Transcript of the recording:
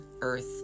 earth